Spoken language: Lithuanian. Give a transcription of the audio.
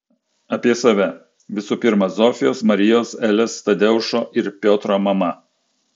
apie save visų pirma zofijos marijos elės tadeušo ir piotro mama